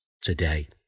today